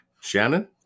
shannon